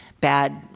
bad